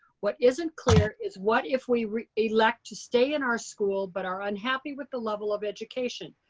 what isn't clear is what if we elect to stay in our school, but are unhappy with the level of education.